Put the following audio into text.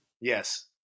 Yes